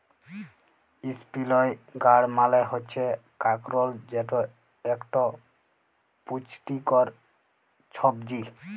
ইসপিলই গাড় মালে হচ্যে কাঁকরোল যেট একট পুচটিকর ছবজি